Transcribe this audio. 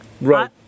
Right